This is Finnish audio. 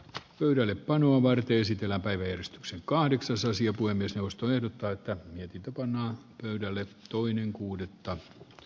kyyrönen panu martisitella päivystyksen kahdeksan saisi apua myös jaosto ehdottaa että jätin kokonaan yhdelle toinen kuudetta